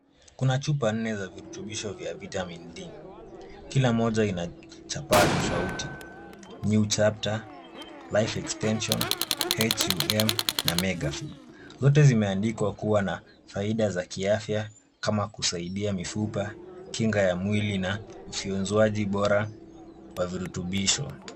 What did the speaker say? Kuna chupa nne za virutubisho vya vitamin D .Kila moja ina chapa tofauti new chapter, life extension, hum na megafood .Zote zimeandikwa kuwa na faida za kiafya kama kusaidia mifupa, kinga ya mwili na ufyonzwaji bora wa virutubisho.